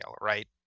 right